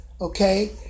Okay